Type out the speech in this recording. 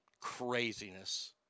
Craziness